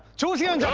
seungyeon. and